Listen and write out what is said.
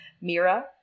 Mira